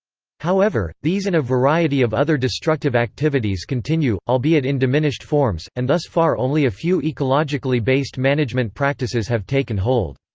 however, these and a variety of other destructive activities continue, albeit in diminished forms and thus far only a few ecologically based management practices have taken hold.